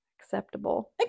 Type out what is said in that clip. Acceptable